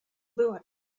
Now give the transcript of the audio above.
była